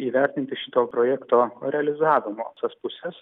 įvertinti šito projekto realizavimo visas puses